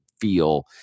feel